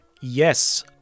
Yes